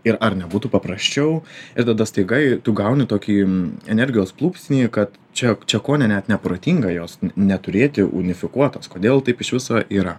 ir ar nebūtų paprasčiau ir tada staiga i tu gauni tokį energijos plūpsnį kad čia čia kone net neprotinga jos neturėti unifikuotos kodėl taip iš viso yra